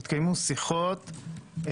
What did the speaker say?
התקיימו שיחות,